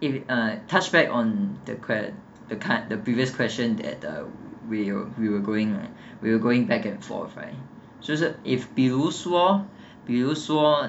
if you uh touch back on the cre~ the part the previous question that uh we're we we're going we're going back and forth right 就是 if 比如说比如说